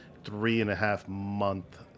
three-and-a-half-month